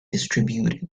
distributed